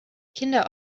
kinder